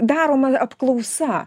daroma apklausa